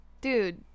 Dude